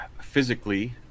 physically